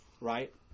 right